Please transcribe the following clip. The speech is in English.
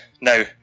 Now